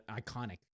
iconic